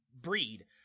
breed